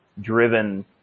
driven